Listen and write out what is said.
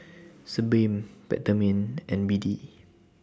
Sebamed Peptamen and B D